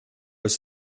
his